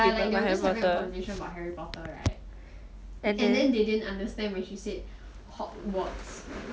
ya like they were just having a conversation about harry potter right and then they didn't understand when she said hogwarts they all said hogwarts and